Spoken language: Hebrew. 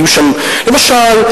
למשל,